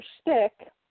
stick